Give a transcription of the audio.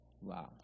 Wow